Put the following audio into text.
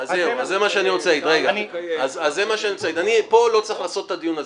פה אני לא צריך לעשות את הדיון הזה,